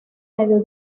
medio